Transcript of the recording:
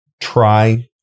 try